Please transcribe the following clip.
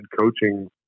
coaching